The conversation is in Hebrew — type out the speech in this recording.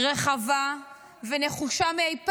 רחבה ונחושה מאי פעם.